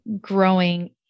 growing